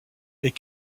est